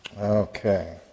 Okay